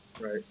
Right